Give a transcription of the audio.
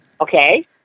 Okay